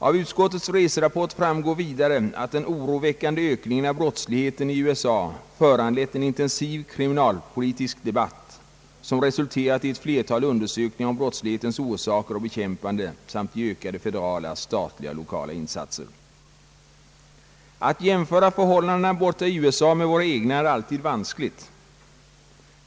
Av utskottets reserapport framgår slutligen att den oroväckande ökningen av brottsligheten i USA föranlett en intensiv kriminalpolitisk debatt som resulterat i ett flertal undersökningar om brottslighetens orsaker och bekämpande samt i ökade federala, statliga och lokala insatser. Att jämföra förhållandena borta i USA med våra egna, är alltid vanskligt.